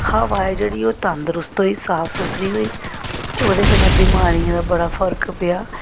हवा ऐ जेह्ड़ी ओह् तंदरुस्त होई साफ सुथरी होई ते ओह्दे कन्नै बमारियें दा बड़ा फर्क पेआ